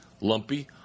lumpy